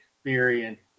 experience